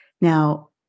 Now